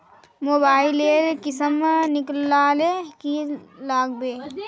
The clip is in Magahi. मोबाईल लेर किसम निकलाले की लागबे?